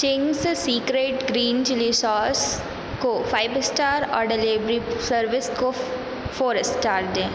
Ching's secret green chilli sauce को five star और delivery service को फोर स्टार दें